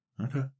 Okay